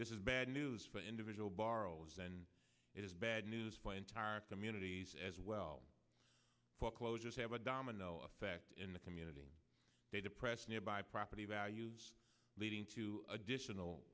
this is bad news for individual borrowers and it is bad news for entire communities as well foreclosures have a domino effect in the community they depress nearby property values leading to additional